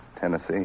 Tennessee